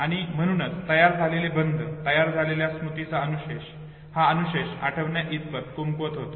आणि म्हणूनच तयार झालेले बंध तयार झालेला स्मृतीचा अनुशेष हा अनुशेष आठवण्याइतपत कमकुवत होतो